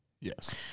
Yes